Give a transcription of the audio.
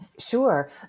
Sure